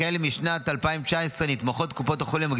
החל משנת 2019 קופות החולים התמיכות